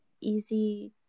easy